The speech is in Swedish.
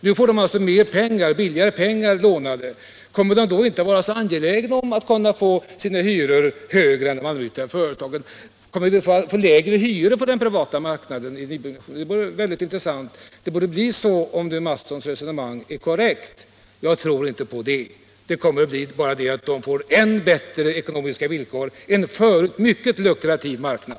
Nu får de alltså mer pengar, billigare pengar att låna. Kommer de då inte att vara så angelägna om att kunna få sina hyror att ligga högre än hyrorna i de allmännyttiga företagens hus? Kommer vi att få lägre hyror på den privata marknaden i nybyggnationen? Det vore väldigt intressant att få veta det. Om herr Mattssons resonemang är korrekt borde det ju bli på detta sätt. Jag tror emellertid inte det. Det kommer bara att bli så att de enskilda företagen får ännu bättre ekonomiska villkor än förut på sin redan mycket lukrativa marknad.